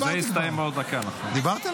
יסתיים בעוד דקה, נכון.